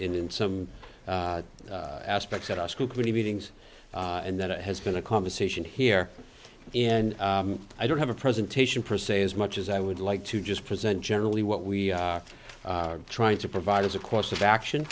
and in some aspects at our school committee meetings and that has been a conversation here and i don't have a presentation per se as much as i would like to just present generally what we are trying to provide as a course of action